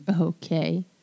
Okay